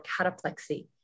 cataplexy